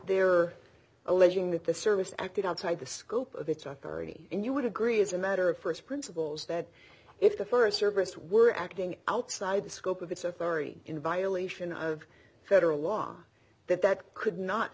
are alleging that the service acted outside the scope of its authority and you would agree as a matter of first principles that if the forest service were acting outside the scope of its authority in violation of federal law that that could not